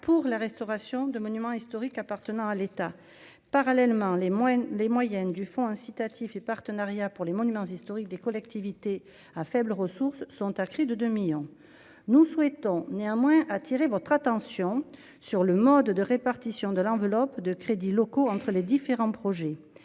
pour la restauration de monuments historiques appartenant à l'État parallèlement les moyens, les moyens du fonds incitatifs et partenariat pour les monuments historiques des collectivités à faibles ressources sont inscrits de 2 millions nous souhaitons néanmoins attirer votre attention sur le mode de répartition de l'enveloppe de crédits locaux entre les différents projets,